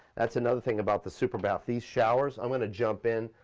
that's another thing about the super bath, these showers, i'm gonna jump in,